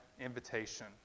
invitation